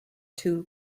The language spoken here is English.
two